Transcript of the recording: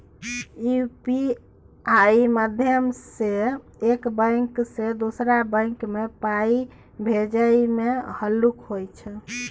UPI माध्यमसँ एक bank सँ दोसर बैंक मे पाइ भेजनाइ हल्लुक होइ छै